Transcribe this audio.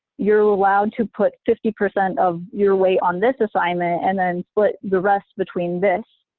you're allowed to put fifty percent of your weight on this assignment, and then split the rest between this.